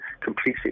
completely